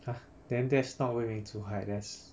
!huh! then that's not 为民除害 that's